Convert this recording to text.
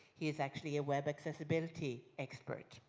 he is actually a web accessibility expert.